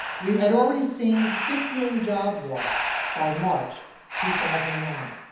we had already seen six million jobs lost by march two thousand and nine.